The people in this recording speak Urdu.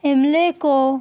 عملے کو